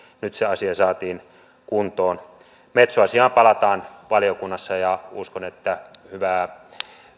nyt se asia saatiin kuntoon metso asiaan palataan valiokunnassa ja uskon että hyvää